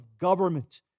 government